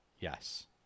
Yes